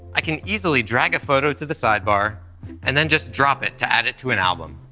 i can easily drag a photo to the sidebar and then just drop it to add it to an album.